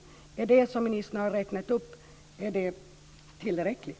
Och där finns inte detta område upptaget.